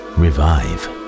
revive